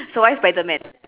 so why spiderman